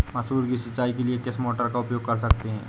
मसूर की सिंचाई के लिए किस मोटर का उपयोग कर सकते हैं?